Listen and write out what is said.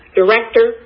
director